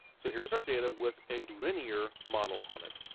so here's our data with a linear model on it.